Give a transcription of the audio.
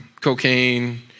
cocaine